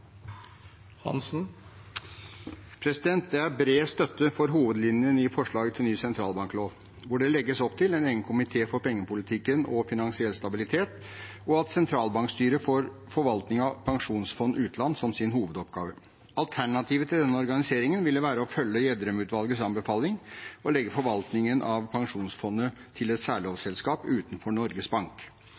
bred støtte for hovedlinjene i forslaget til ny sentralbanklov, hvor det legges opp til en egen komité for pengepolitikken og finansiell stabilitet og at sentralbankstyret får forvaltningen av Statens pensjonsfond utland som sin hovedoppgave. Alternativet til denne organiseringen ville være å følge Gjedrem-utvalgets anbefaling, å legge forvaltningen av pensjonsfondet til et særlovselskap utenfor Norges Bank.